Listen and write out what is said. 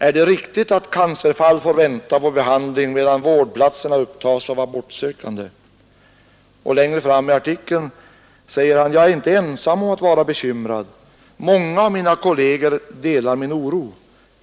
Är det riktigt att cancerfall får vänta på behandling medan vårdplatserna upptas av abortsökande?” Längre fram i artikeln säger han: ”Jag är inte ensam om att vara bekymrad. Många av mina kollegor delar min oro.